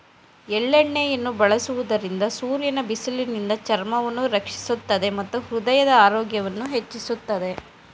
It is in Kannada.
ಎಳ್ಳೆಣ್ಣೆಯನ್ನು ಬಳಸುವುದರಿಂದ ಸೂರ್ಯನ ಬಿಸಿಲಿನಿಂದ ಚರ್ಮವನ್ನು ರಕ್ಷಿಸುತ್ತದೆ ಮತ್ತು ಹೃದಯದ ಆರೋಗ್ಯವನ್ನು ಹೆಚ್ಚಿಸುತ್ತದೆ